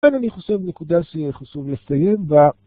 כאן אני חושב נקודה שחשוב להסתיים וה...